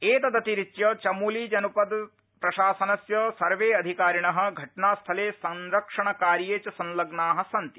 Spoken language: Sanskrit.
एतदतिरिच्य चमोली जनपद प्रशासनस्य सर्वे अधिकारिण घटनास्थले संरक्षणकार्ये च संलग्ना सन्ति